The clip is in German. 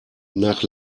nach